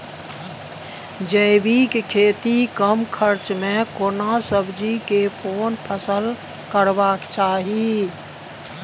जैविक खेती कम खर्च में केना सब्जी के कोन फसल करबाक चाही?